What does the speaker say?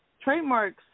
trademarks